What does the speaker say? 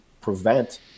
prevent